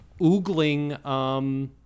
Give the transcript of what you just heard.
oogling